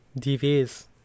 dvs